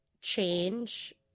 change